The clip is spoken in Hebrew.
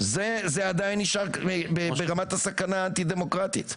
זה עדיין נשאר ברמת הסכנה האנטי דמוקרטית.